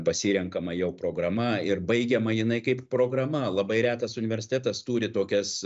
pasirenkama jau programa ir baigiama jinai kaip programa labai retas universitetas turi tokias